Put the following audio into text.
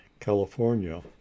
California